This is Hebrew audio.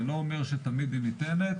זה לא אומר שתמיד היא ניתנת.